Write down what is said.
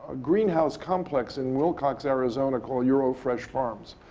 ah greenhouse complex in wilcox, arizona, called eurofresh farms.